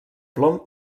plom